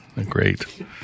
great